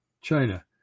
China